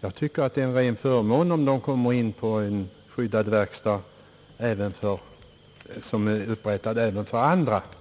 så tycker jag, att det är en ren förmån för dem att komma in på en skyddad verkstad som är inrättad även för andra kategorier.